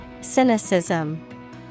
Cynicism